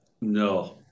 No